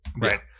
Right